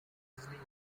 wesley